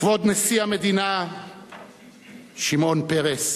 כבוד נשיא המדינה שמעון פרס,